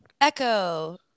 Echo